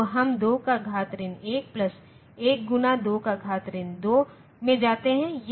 तो हम 2 का घात ऋण 1 प्लस 1 गुना 2 का घात ऋण 2 में जाते हैं